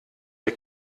der